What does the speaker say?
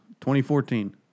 2014